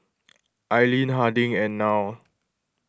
Aileen Harding and Nile